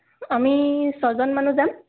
আমি ছজন মানুহ যাম